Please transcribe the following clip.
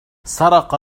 سرق